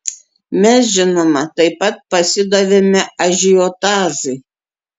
mes žinoma taip pat pasidavėme ažiotažui